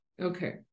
Okay